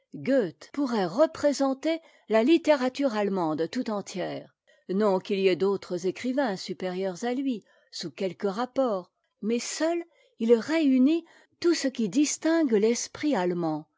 pourrait représenter la litcoe ae térature allemande tout entière non qu'il n'y ait d'autres écrivains supérieurs à lui sous quelques rapports mais seul il réunit tout ce qui distingue l'esprit allemand